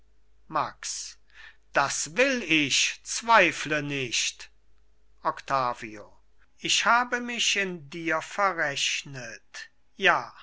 max das will ich zweifle nicht octavio ich habe mich in dir verrechnet ja